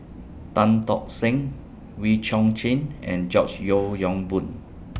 Tan Tock Seng Wee Chong Jin and George Yeo Yong Boon